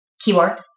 keyword